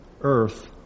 earth